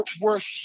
worth